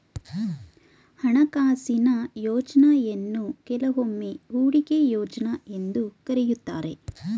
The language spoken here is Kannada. ಹಣಕಾಸಿನ ಯೋಜ್ನಯನ್ನು ಕೆಲವೊಮ್ಮೆ ಹೂಡಿಕೆ ಯೋಜ್ನ ಎಂದು ಕರೆಯುತ್ತಾರೆ